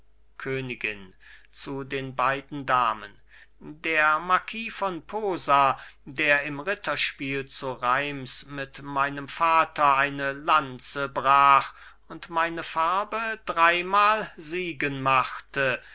königin zu den beiden damen der marquis von posa der im ritterspiel zu reims mit meinem vater eine lanze brach und meine farbe dreimal siegen machte